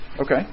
Okay